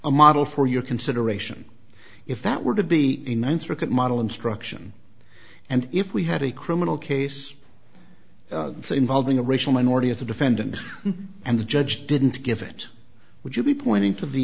a model for your consideration if that were to be the ninth circuit model instruction and if we had a criminal case so involving a racial minority if the defendant and the judge didn't give it would you be pointing to the